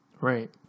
right